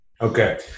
Okay